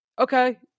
Okay